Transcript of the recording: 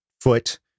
foot